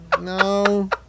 no